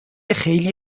خیلی